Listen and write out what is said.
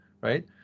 right